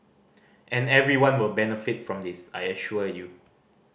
and everyone will benefit from this I assure you